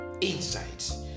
insights